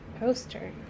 poster